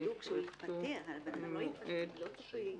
מי בעד?